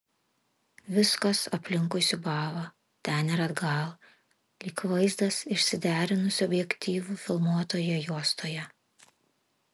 viskas aplinkui siūbavo ten ir atgal lyg vaizdas išsiderinusiu objektyvu filmuotoje juostoje